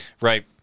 right